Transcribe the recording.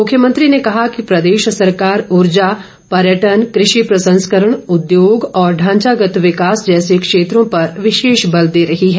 मुख्यमंत्री ने कहा कि प्रदेश सरकार ऊर्जा पर्यटन कृषि प्रसंस्करण उद्योग और ढांचागत विकास जैसे क्षेत्रों पर विशेष बल दे रही है